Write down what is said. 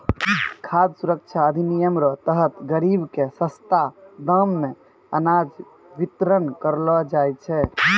खाद सुरक्षा अधिनियम रो तहत गरीब के सस्ता दाम मे अनाज बितरण करलो जाय छै